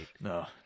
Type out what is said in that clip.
No